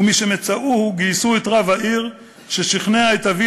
ומשמצאוהו גייסו את רב העיר ששכנע את אבי